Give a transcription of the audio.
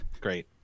Great